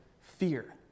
fear